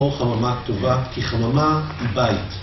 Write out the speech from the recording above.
או חלומה טובה, כי חלומה היא בית